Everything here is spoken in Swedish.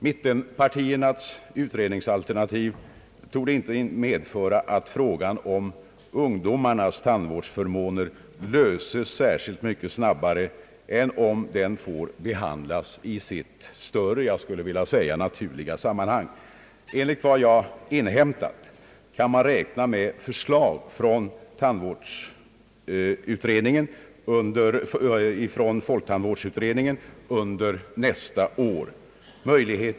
Mittenpartiernas utredningsalternativ torde inte medföra att frågan om ungdomarnas tandvårdsförmåner löses särskilt mycket snabbare än om den får behandlas i ett större, och jag skulle vilja säga sitt naturliga, sammanhang. Enligt vad jag inhämtat kan man räkna med förslag från folktandvårdsutredningen under nästa år.